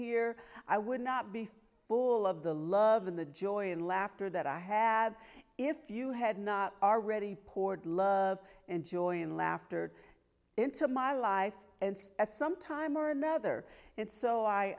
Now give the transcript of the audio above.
here i would not be full of the love in the joy and laughter that i have if you had not already poured love and joy and laughter into my life and at some time or another it's so i